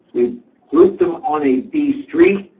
we've grouped them on a b street.